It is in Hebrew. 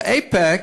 באיפא"ק